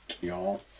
y'all